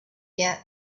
yet